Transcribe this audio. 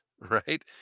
right